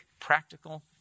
practical